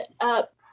up